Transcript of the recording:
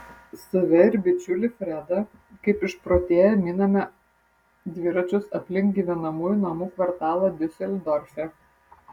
save ir bičiulį fredą kaip išprotėję miname dviračius aplink gyvenamųjų namų kvartalą diuseldorfe